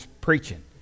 preaching